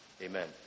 Amen